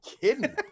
kidding